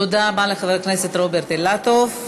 תודה רבה לחבר הכנסת רוברט אילטוב.